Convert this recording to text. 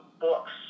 books